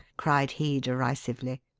cried he derisively.